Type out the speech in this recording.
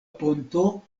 ponto